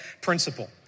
principle